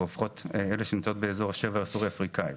לפחות אלה שנמצאות באזור השבר הסורי אפריקאי.